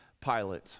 Pilate